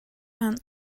and